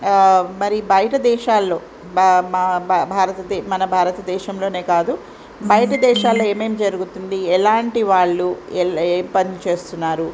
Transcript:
మరి బయట దేశాల్లో బా మా మన భారత దేశంలోనే కాదు బయట దేశాల్లో ఏమేం జరుగుతుంది ఎలాంటి వాళ్ళు ఎలా ఏ పని చేస్తున్నారు